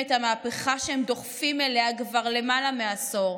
המהפכה שהם דוחפים אליה כבר למעלה מעשור.